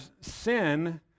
sin